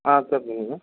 ஆ sir சொல்லுங்கள்